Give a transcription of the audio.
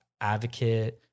advocate